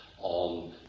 on